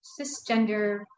cisgender